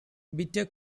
bitter